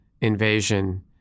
invasion